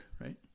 right